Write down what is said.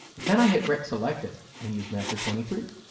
then i hit rec selected and use master twenty three.